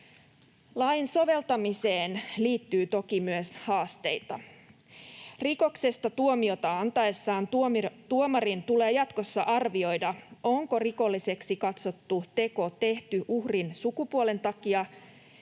Lain soveltamiseen liittyy toki myös haasteita. Rikoksesta tuomiota antaessaan tuomarin tulee jatkossa arvioida, onko rikolliseksi katsottu teko tehty uhrin sukupuolen takia